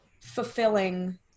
fulfilling